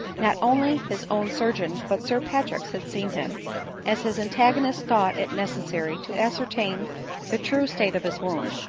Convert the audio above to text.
not only his own surgeon but sir patrick's had seen him as his antagonist thought it necessary to ascertain the true state of his wound,